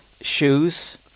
shoes